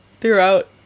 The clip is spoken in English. throughout